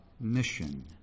mission